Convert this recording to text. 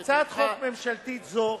הצעת חוק ממשלתית זו,